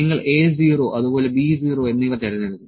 നിങ്ങൾ A 0 അതുപോലെ B 0 എന്നിവ തിരഞ്ഞെടുക്കും